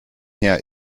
her